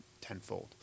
tenfold